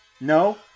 No